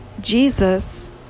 Jesus